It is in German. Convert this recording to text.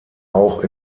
auch